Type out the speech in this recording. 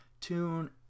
tune